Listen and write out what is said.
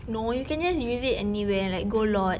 no you can just use it anywhere like go lot